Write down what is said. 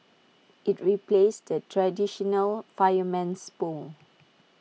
IT replaces the traditional fireman's pole